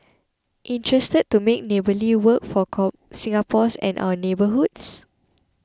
interested to make neighbourly work for Singapores and our neighbourhoods